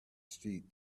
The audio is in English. street